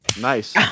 Nice